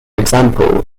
example